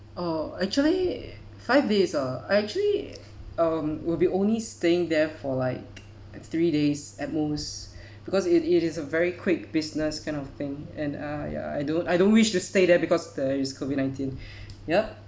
oh actually five days ah I actually um will be only staying there for like three days at most because it is a very quick business kind of thing and uh ya I don't I don't wish to stay there because there is COVID nineteen yup